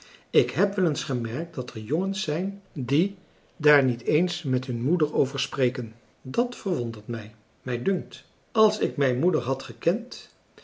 ik heb wel eens gemerkt dat er jongens zijn die daar niet eens met hun moeder over spreken dat verwondert mij mij dunkt als ik mijn moeder had gekend